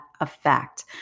Effect